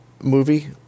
movie